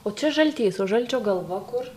o čia žaltys o žalčio galva kur